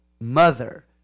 mother